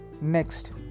Next